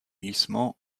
glissement